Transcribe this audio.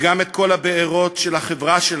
וגם את כל הבארות של החברה שלנו,